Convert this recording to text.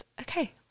Okay